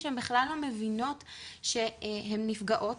שהן בכלל לא מבינות שהן נפגעות,